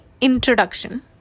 introduction